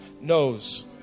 knows